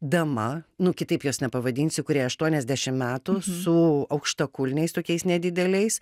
dama nu kitaip jos nepavadinsi kuriai aštuoniasdešim metų su aukštakulniais tokiais nedideliais